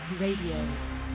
Radio